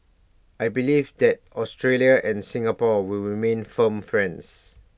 I believe that Australia and Singapore will remain firm friends